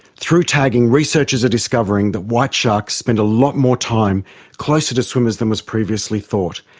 through tagging, researchers are discovering that white sharks spend a lot more time closer to swimmers than was previously thought,